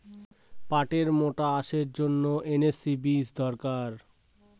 পাটের মোটা আঁশের জন্য কোন বীজ দরকার?